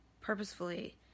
purposefully